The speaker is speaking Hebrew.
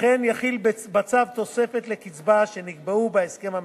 וכן יחיל בצו תוספת לקצבה שתיקבע בהסכם המתקן,